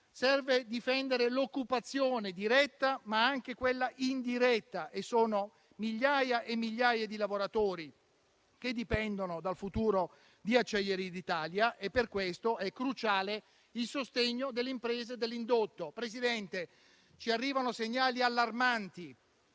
Serve difendere l'occupazione diretta, ma anche quella indiretta, e sono migliaia e migliaia i lavoratori che dipendono dal futuro di Acciaierie d'Italia e per questo è cruciale il sostegno delle imprese dell'indotto. Signor Presidente, ci arrivano segnali allarmanti